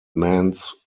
man’s